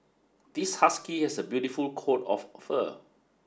this husky has a beautiful coat of fur